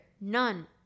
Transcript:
None